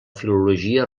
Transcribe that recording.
filologia